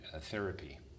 therapy